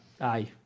aye